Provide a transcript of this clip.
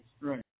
Right